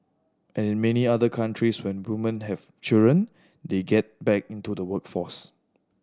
and in many other countries when woman have children they get back into the workforce